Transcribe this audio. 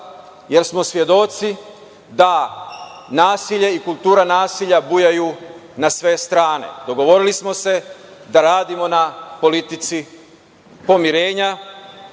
jer smo svedoci da nasilje i kultura nasilja bujaju na sve strane. Dogovorili smo se da radimo na politici pomirenja,